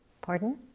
Pardon